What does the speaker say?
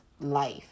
life